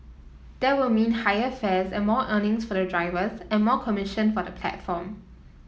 there would mean higher fares and more earnings for the drivers and more commission for the platform